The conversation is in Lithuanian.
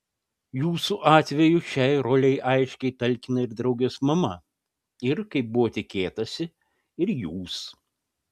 jūsų atveju šiai rolei aiškiai talkina ir draugės mama ir kaip buvo tikėtasi ir jūs